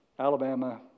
Alabama